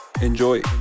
Enjoy